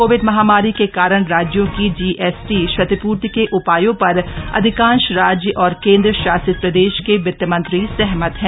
Covid महामारी के कारण राज्यों की जीएसटी क्षतिपूर्ति के उपायों पर अधिकांश राज्य और केन्द्रशासित प्रदेश के वित्तमंत्री सहमत हैं